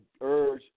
urge